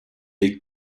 est